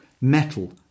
metal